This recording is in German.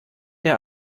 der